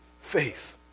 faith